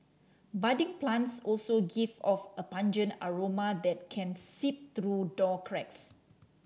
budding plants also give off a pungent aroma that can seep through door cracks